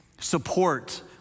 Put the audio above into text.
support